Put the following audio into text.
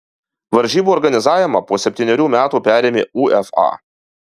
varžybų organizavimą po septynerių metų perėmė uefa